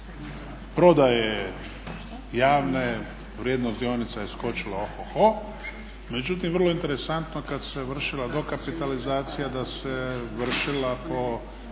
prodaje javne vrijednost dionica je skočila oho, ho međutim vrlo je interesantno kad se vršila dokapitalizacija da se vršila po